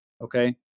Okay